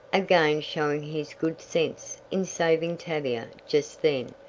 again showing his good sense in saving tavia just then.